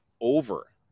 over